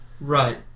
Right